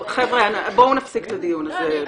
טוב, חבר'ה, בואו נפסיק את הדיון הזה.